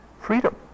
freedom